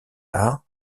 art